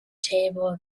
table